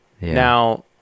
Now